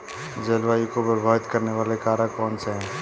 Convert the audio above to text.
जलवायु को प्रभावित करने वाले कारक कौनसे हैं?